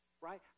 right